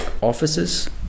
offices